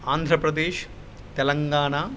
Andhra Pradesh Telangana